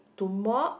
to mop